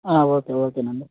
okay okay అండి